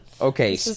okay